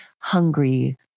hungry